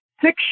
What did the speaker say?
six